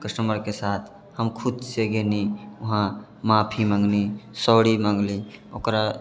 कस्टमरके साथ हम खुदसँ गइनी वहाँ माफी माँगनी सॉरी माँगनी ओकरा